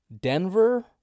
Denver